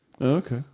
Okay